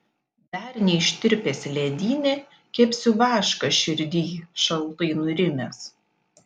dar neištirpęs ledyne kepsiu vašką širdyj šaltai nurimęs